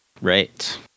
right